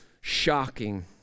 shocking